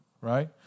right